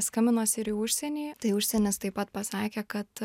skambinosi ir į užsienį tai užsienis taip pat pasakė kad